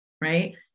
Right